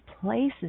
places